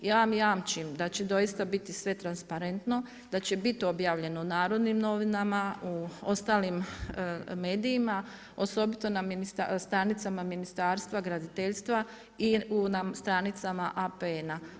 Ja vam jamčim da će doista biti sve transparentno, da će biti objavljeno u narodnim novinama, u ostalim medijima, osobito na stranicama Ministarstva graditeljstva i na stranicama APN-a.